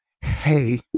Hey